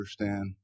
understand